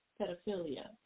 Pedophilia